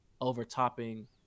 overtopping